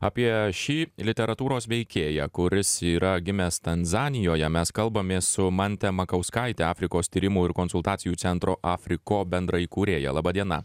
apie šį literatūros veikėją kuris yra gimęs tanzanijoje mes kalbamės su mante makauskaite afrikos tyrimų ir konsultacijų centro afriko bendraįkūrėja laba diena